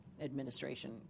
administration